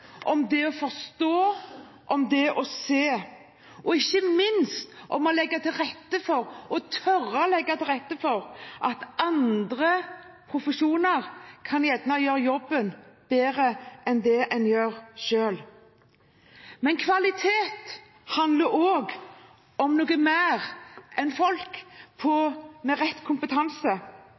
om det å forstå og det å se, og ikke minst om å tørre å legge til rette for at andre profesjoner kan gjøre jobben bedre enn man gjør selv. Men kvalitet handler om noe mer enn folk med rett kompetanse.